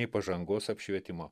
nei pažangos apšvietimo